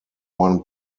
one